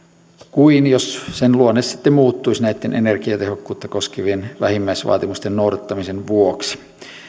kuin sen luonne sitten muuttuisi näitten energiatehokkuutta koskevien vähimmäisvaatimusten noudattamisen vuoksi